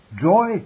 joy